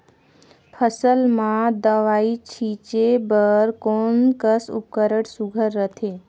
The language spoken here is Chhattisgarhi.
फसल म दव ई छीचे बर कोन कस उपकरण सुघ्घर रथे?